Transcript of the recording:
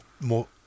more